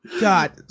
God